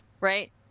right